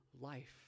life